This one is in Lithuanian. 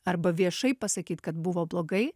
arba viešai pasakyt kad buvo blogai